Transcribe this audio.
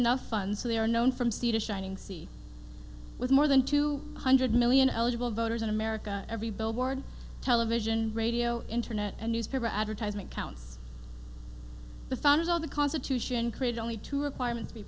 enough funds so they are known from sea to shining sea with more than two hundred million eligible voters in america every billboard television radio internet and newspaper advertisement counts the founders of the constitution created only two requirements